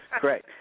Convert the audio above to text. Correct